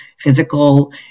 physical